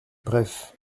bref